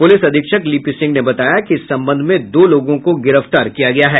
police अधीक्षक लीपी सिंह ने बताया कि इस छापेमारी में दो लोगों को गिरफ्तार किया गया है